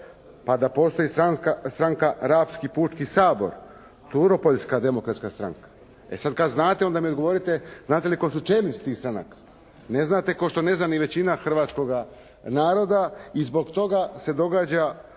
Pa da postoji stranka Rabski pučki sabor? Turopoljska demokratska stranka? E sad kad znate onda mi odgovorite znate li tko su čelnici tih stranaka? Ne znate kao što ne zna ni većina hrvatskoga naroda. I zbog toga se događa